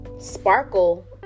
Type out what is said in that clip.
Sparkle